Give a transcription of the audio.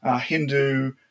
Hindu